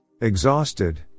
Exhausted